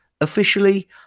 officially